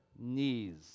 knees